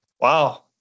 Wow